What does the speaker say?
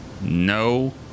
No